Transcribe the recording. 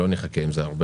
לא נחכה עם זה הרבה,